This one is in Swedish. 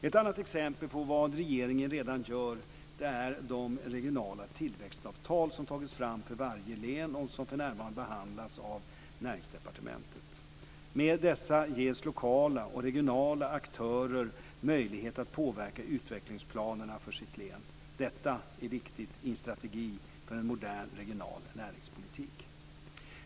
Ett annat exempel på vad regeringen redan gör är de regionala tillväxtavtal som tagits fram för varje län och som för närvarande behandlas av Näringsdepartementet. Med dessa ges lokala och regionala aktörer möjlighet att påverka utvecklingsplanerna för sitt län. Detta är viktigt i en strategi för en modern regional näringspolitik.